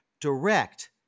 direct